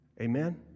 Amen